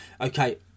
okay